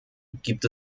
gibt